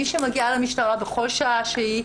מי שמגיעה למשטרה בכל שעה שהיא,